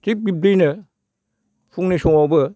थिग बिब्दिनो फुंनि समावबो